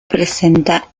presenta